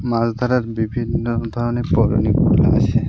মাছ ধরার বিভিন্ন ধরনের প্রণালীগুলো আছে